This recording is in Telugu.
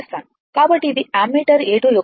కాబట్టి ఇది అమ్మీటర్ A2 యొక్క రీడింగ్